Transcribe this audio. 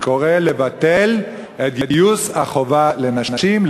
אני קורא לבטל את גיוס החובה לנשים,